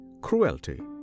cruelty